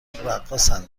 رقاصن